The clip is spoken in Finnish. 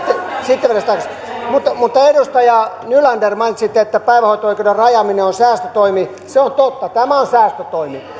sitten vedän sen takaisin mutta edustaja nylander mainitsitte että päivähoito oikeuden rajaaminen on säästötoimi se on totta tämä on säästötoimi